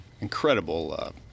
incredible